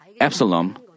Absalom